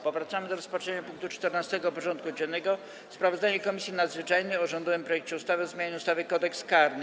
Powracamy do rozpatrzenia punktu 14. porządku dziennego: Sprawozdanie Komisji Nadzwyczajnej o rządowym projekcie ustawy o zmianie ustawy Kodeks karny.